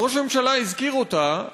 אז ראש הממשלה הזכיר אותה,